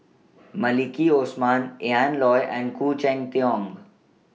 Maliki Osman Ian Loy and Khoo Cheng Tiong